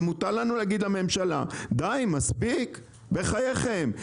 ומותר לנו להגיד לממשלה: די, מספיק, בחייכם.